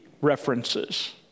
references